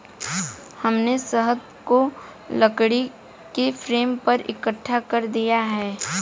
हमने शहद को लकड़ी के फ्रेम पर इकट्ठा कर दिया है